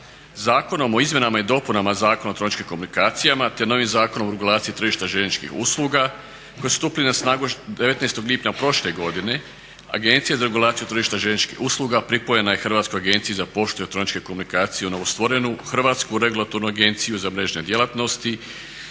Zakonom o izmjenama i dopunama Zakona o elektroničkim komunikacijama, te novim Zakonom o regulaciji tržišta željezničkih usluga koji su stupili na snagu još 19. lipnja prošle godine Agencija za regulaciju tržišta željezničkih usluga pripojena je Hrvatskoj agenciji za poštu i elektroničke komunikacije u novostvorenu Hrvatsku regulatornu agenciju za mrežne djelatnosti